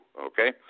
okay